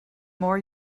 more